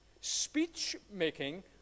Speech-making